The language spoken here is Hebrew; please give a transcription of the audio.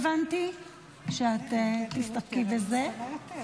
הבנתי שאת תסתפקי בזה.